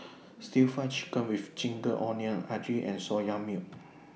Stir Fry Chicken with Ginger Onions Idly and Soya Milk